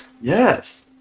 Yes